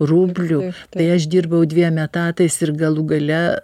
rublių tai aš dirbau dviem etatais ir galų gale